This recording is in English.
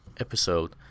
Episode